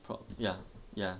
prob~ ya ya